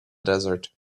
desert